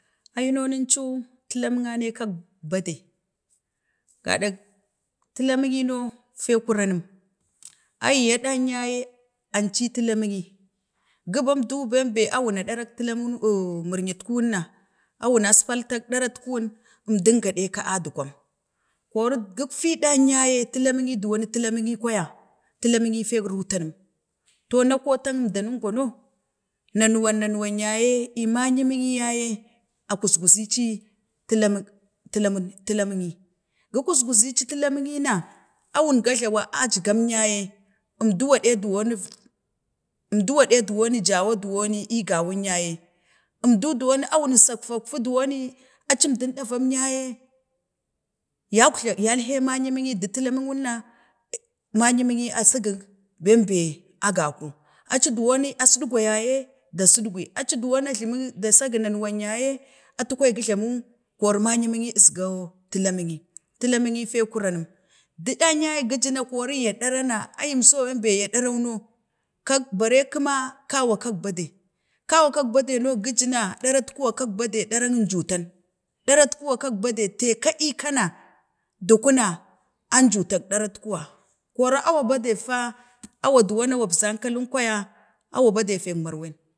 To Ai no nuncuu tulamuna nai kak badai gaɗak, tulamuni nuk no fe kuranəm ai ya ɗan ya ye anci tulami nyi guban əmdu bambe a wuna ɗarak tulamu oh murnyit kuwun na awu nas partak ɗalatkawun əmdym gaɗeka adgwam, kori giffi ɗan ya ye tulaninyi dowan tulaninyi kwaya, tulaminyi fakrutanəm, to an kotak amda nəmgwa no, nanuwan, nanuwa ya yo ii manyi mimi yaye, a kusguzici tulamuk, tulamate, tulamu nyi, gi kusgu zayci tulamu nyi na awun ga jlawak acgam ya ye əmdu waɗe nik, dowo nef, əmdum gaɗe downek jaw dowoni ii gawun ya ye əmdu duwoni a wumsak faktu dowoni acin əmdom ɗavam ya ye, yak jla, yal heo mayin mini du tulumuwun na mayi a segik bambe a gaku, aci dowonin aci dowoni a sedgwa ya ye da sedgw aci down aci jlamik, da segi na newan ya ye, atu kwaye fuglamu kori mayi min əstau tulaninyi, tulaminyi, talaminyi fee kuram, do danya ye gijina kori ya ɗara na, ai yim so bambe ya ɗaran no, kak, bare kəma kawa kak bade, kawa kak bade no gəji na ɗarak kuwa kak bade darak, əujutan, teka ii kana dukuna anjutak ɗarak kuwa, kor wa bade fa, awaduwan, wubzankalin kwaya, awa baden feku marwan